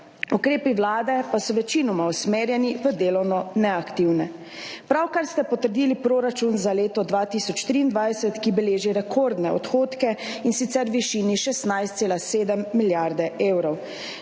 Ukrepi vlade pa so večinoma usmerjeni v delovno neaktivne. Pravkar ste potrdili proračun za leto 2023, ki beleži rekordne odhodke, in sicer v višini 16,7 milijarde evrov.